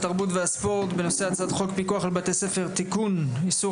התרבות והספורט בנושא הצעת חוק פיקוח על בתי ספר (תיקון איסור